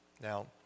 Now